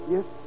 Yes